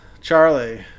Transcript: Charlie